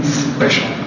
special